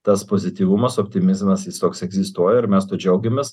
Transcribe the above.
tas pozityvumas optimizmas jis toks egzistuoja ir mes tuo džiaugiamės